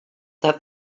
that